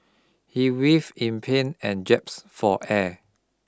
he writh in pain and gasped for air